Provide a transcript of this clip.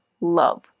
love